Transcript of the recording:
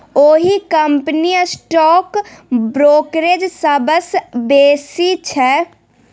ओहि कंपनीक stock brokerage सबसँ बेसी छै